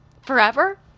Forever